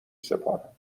سپارم